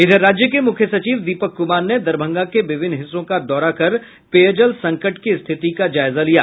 इधर राज्य के मुख्य सचिव दीपक कुमार ने दरभंगा के विभिन्न हिस्सों का दौरा कर पेयजल संकट की स्थिति का जायजा लिया